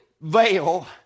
veil